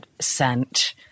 sent